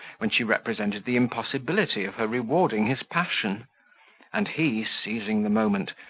when she represented the impossibility of her rewarding his passion and he, seizing the moment,